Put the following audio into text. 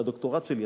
זה הדוקטורט שלי.